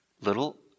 little